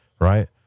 right